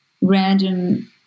random